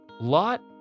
Lot